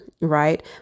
right